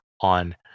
on